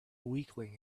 weakling